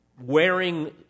wearing